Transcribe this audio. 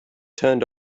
turned